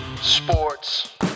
sports